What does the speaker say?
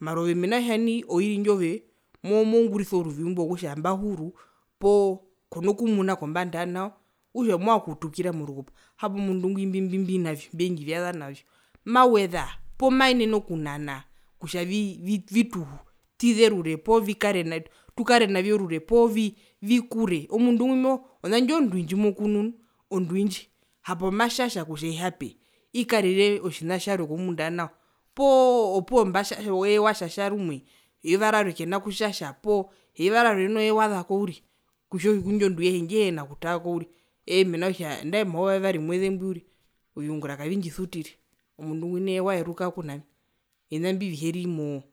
mara ove mena rokutjavi oiri ndjo ove mo moungurisa ouruvi imbo wokutja mbahuru poo kona kumuna kombanda yanao okutja movanga okutukira morukupo hapo mundu ngwi imbi mbimbinavyo mbyendjivasa navyo maweza poo maenene okunana kutja vitutize orure poo vikare na tukare navyo orure poovii vikure omundu ngwi mo ona ndji ondwi ndjimokunu nu ondwi ndji hapo matjatja kutja ihape ikarire otjina tjarwe kombunda yanao poo opuwo mbatja eye watjatja rumwe eyuva rarwe kena kutjatja poo eyuva rawe eye wazako uriri kutja indjo ondwi aihe ondjehina kutarako uriri eemena rokutja nandae omayuva yevari omweze mbwi uriri oviungura kavindjisutire omundu ngwi eye waeruka kunaami ovina mbiviheri moo